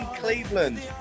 Cleveland